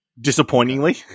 Disappointingly